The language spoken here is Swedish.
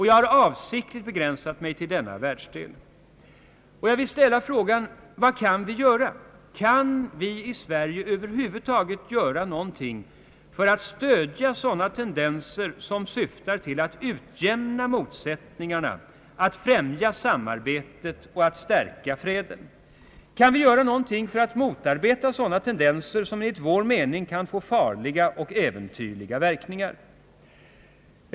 Jag har avsiktligt begränsat mig till denna världsdel. Vad kan vi då göra? Kan vi i Sverige över huvud taget göra någonting för att stödja sådana tendenser som syftar till att utjämna motsättningarna, att främja samarbetet och att stärka freden? Kan vi göra någonting för att motarbeta sådana tendenser som enligt vår mening kan få farliga och äventyrliga verkningar?